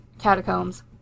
catacombs